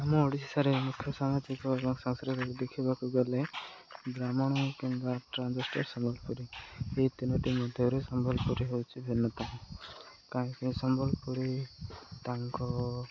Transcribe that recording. ଆମ ଓଡ଼ିଶାରେ ମୁଖ୍ୟ ସାମାଜିକ ଏବଂ ସାଂସ୍କୃତିକ ଦେଖିବାକୁ ଗଲେ ବ୍ରାହ୍ମଣ କିମ୍ବା ସମ୍ବଲପୁରୀ ଏହି ତିନୋଟି ମଧ୍ୟରେ ସମ୍ବଲପୁରୀ ହେଉଛି ଭିନ୍ନତା କାହିଁକି ସମ୍ବଲପୁରୀ ତାଙ୍କ